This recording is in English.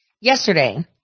yesterday